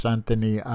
Anthony